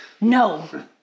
No